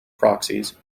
proxies